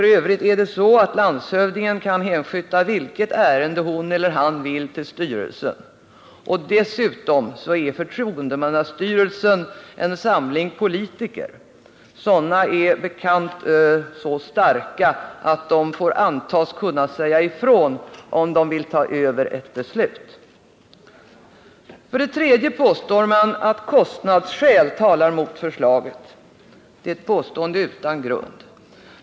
F. ö. är det så att landshövdingen kan hänskjuta vilket ärende hon eller han vill till styrelsen, och dessutom är förtroendemannastyrelsen en samling politiker. Sådana är som bekant så starka att de får antas kunna säga ifrån om de vill ta över ett beslut. För det tredje påstår man att kostnadsskäl talar mot förslaget. Det är ett påstående utan grund.